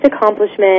accomplishment